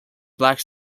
black